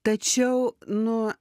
tačiau nu